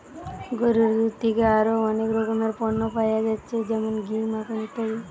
গরুর দুধ থিকে আরো অনেক রকমের পণ্য পায়া যাচ্ছে যেমন ঘি, মাখন ইত্যাদি